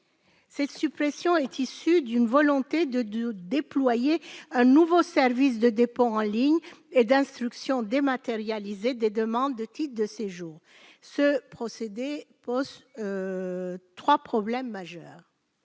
Cette suppression est issue d'une volonté de déployer un nouveau service de dépôt en ligne et d'instruction dématérialisée des demandes de titres de séjour. Ce procédé pose trois problèmes majeurs.